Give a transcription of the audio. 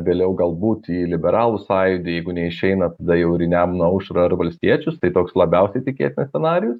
vėliau galbūt į liberalų sąjūdį jeigu neišeina tada jau į nemuno aušrą ar valstiečius tai toks labiausiai tikėtinas scenarijus